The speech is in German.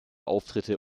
auftritte